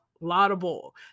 laudable